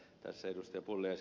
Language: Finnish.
tässä ed